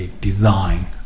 design